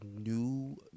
new